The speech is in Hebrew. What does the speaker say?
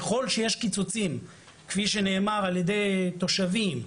ככל שיש קיצוצים כפי שנאמר על ידי תושבים,